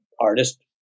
artist